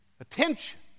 attention